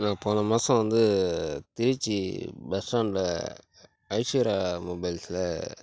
நான் போன மாசம் வந்து திருச்சி பஸ்ஸ்டான்ட்ல ஐஷ்வர்யா மொபைல்ஸ்ல